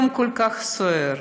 יום כל כך סוער,